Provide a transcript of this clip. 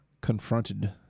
confronted